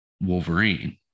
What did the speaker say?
Wolverine